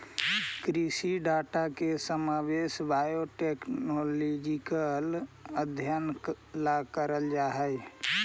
कृषि के डाटा का समावेश बायोटेक्नोलॉजिकल अध्ययन ला करल जा हई